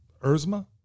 Erzma